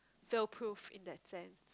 fail proof in that sense